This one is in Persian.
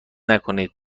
نکنید